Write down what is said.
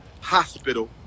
Hospital